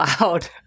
loud